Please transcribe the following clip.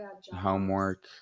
homework